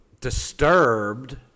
Disturbed